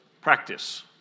practice